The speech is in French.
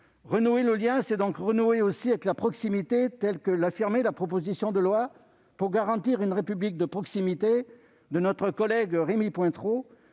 Renouer le lien, c'est aussi renouer avec la proximité telle que l'affirmait la proposition de loi organique visant à garantir une République de proximité de notre collègue Rémy Pointereau,